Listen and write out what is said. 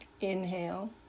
Inhale